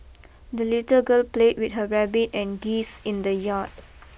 the little girl played with her rabbit and geese in the yard